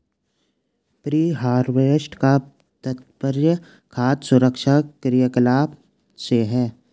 pre harvest का तात्पर्य खाद्य सुरक्षा क्रियाकलाप से है